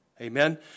Amen